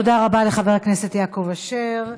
תודה רבה לחבר הכנסת יעקב אשר.